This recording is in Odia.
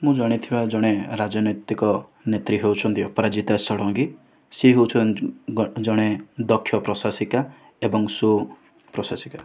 ମୁଁ ଜାଣିଥିବା ଜଣେ ରାଜନୈତିକ ନେତ୍ରୀ ହେଉଛନ୍ତି ଅପରାଜିତା ଷଡ଼ଙ୍ଗୀ ସେ ହେଉଛନ୍ତି ଜଣେ ଦକ୍ଷ ପ୍ରଶାସିକା ଏବଂ ସୁପ୍ରଶାସିକା